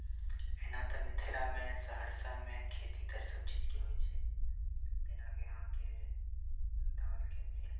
ओना तऽ मिथिलामे सहरसामे खेती तऽ सभ चीजकेँ होइ छै जैंकी अहाँकेँ दालिके भेल